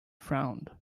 frowned